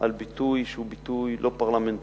על ביטוי שהוא ביטוי לא פרלמנטרי,